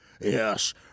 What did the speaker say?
Yes